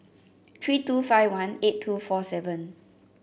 three two five one eight two four seven